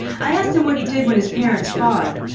i asked him what he did when his parents fought.